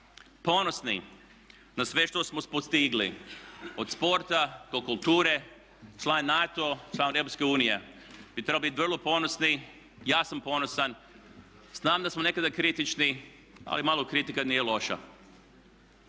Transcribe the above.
ponosni na sve što smo postigli od sporta do kulture, član NATO, član EU. Bi trebali biti vrlo ponosni, ja sam ponosan. Znam da smo nekada kritični, ali malo kritika nije loša.